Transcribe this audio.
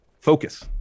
Focus